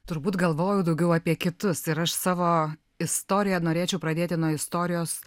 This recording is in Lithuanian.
turbūt galvojau daugiau apie kitus ir aš savo istoriją norėčiau pradėti nuo istorijos